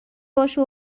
باشه